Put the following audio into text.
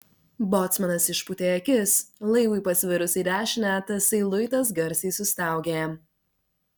bocmanas išpūtė akis laivui pasvirus į dešinę tasai luitas garsiai sustaugė